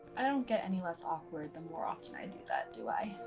i don't get any less awkward the more often i do that, do i?